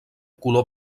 color